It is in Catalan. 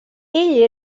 ell